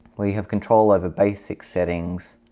we have control over basic settings